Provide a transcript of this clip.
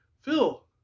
Phil